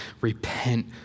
repent